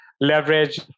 leverage